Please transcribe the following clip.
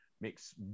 makes